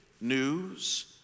news